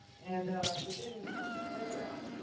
and they then sort of trail around,